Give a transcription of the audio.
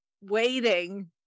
waiting